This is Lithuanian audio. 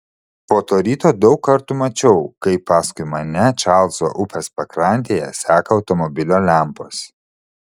po to ryto daug kartų mačiau kaip paskui mane čarlzo upės pakrantėje seka automobilio lempos